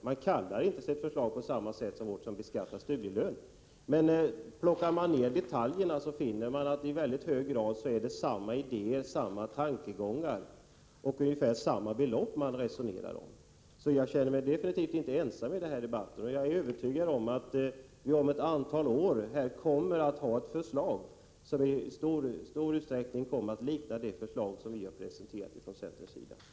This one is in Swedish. De kallar inte sina förslag för beskattad studielön, men synar man detaljerna finner man att i väldigt hög grad är det samma idéer, samma tankegångar och ungefär samma belopp de resonerar om. Så jag känner mig definitivt inte ensam i den här debatten. Och jag är övertygad om att vi om ett antal år kommer att ha ett system som i stor utsträckning liknar det förslag vi har presenterat från centerns sida.